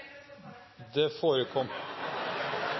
det